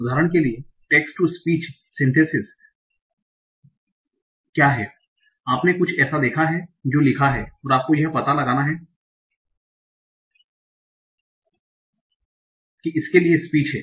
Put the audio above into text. उदाहरण के लिए टेक्स्ट टू स्पीच सिंथेसिस भाषण संश्लेषण के लिए पाठ तो भाषण संश्लेषण के लिए पाठ क्या है आपने कुछ ऐसा देखा है जो लिखा है और आपको यह पता लगाना है कि इसके लिए स्पीच है